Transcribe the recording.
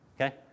okay